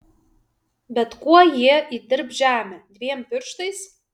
bet kuo jie įdirbs žemę dviem pirštais